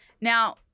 Now-